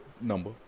number